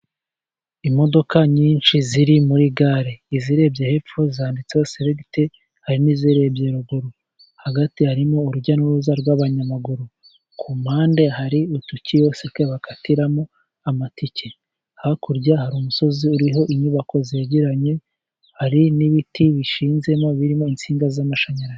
Imodoka nyinshi ziri muri gare. Izirebye hepfo zanditseho selegite, hari n'izirebye ruguru. Hagati harimo urujya n'uruza rw'abanyamaguru. Ku mpande hari udukiyosike bakatiramo amatike. Hakurya hari umusozi uriho inyubako zegeranye, hari n'ibiti bishinzemo biriho insinga z'amashanyarazi.